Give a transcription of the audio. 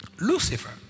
Lucifer